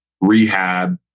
rehab